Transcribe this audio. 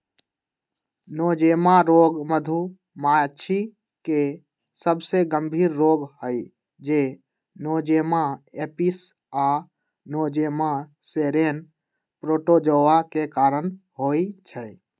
Nosema रोग मधुमाछी के सबसे गंभीर रोग हई जे नोज़ेमा एपिस आ नोज़ेमा सेरेने प्रोटोज़ोआ के कारण होइ छइ